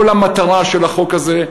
כל המטרה של החוק הזה,